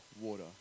water